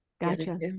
Gotcha